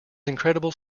incredible